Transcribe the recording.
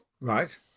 Right